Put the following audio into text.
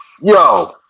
yo